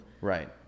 Right